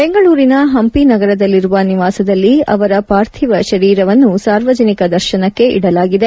ಬೆಂಗಳೂರಿನ ಹಂಪಿನಗರದಲ್ಲಿರುವ ನಿವಾಸದಲ್ಲಿ ಅವರ ಪಾರ್ಥಿವ ಶರೀರವನ್ನು ಸಾರ್ವಜನಿಕ ದರ್ಶನಕ್ಷೆ ಇಡಲಾಗಿದೆ